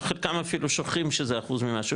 חלקם אפילו שוכחים שזה אחוז ממשהו,